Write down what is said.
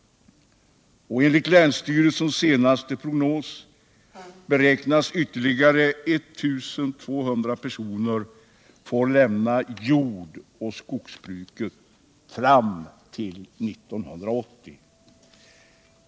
Enligt länsstyrelsens senaste prognos beräknas ytterligare 1 200 personer få lämna jordoch skogsbruket fram till 1980.